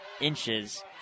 inches